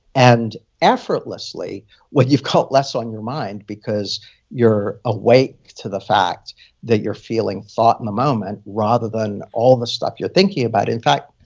and effortlessly when you've got less on your mind because you're awake to the fact that you're feeling thought in a moment rather than all the stuff you're thinking about in fact,